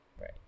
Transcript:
Right